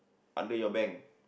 under your bank